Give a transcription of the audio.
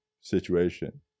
situation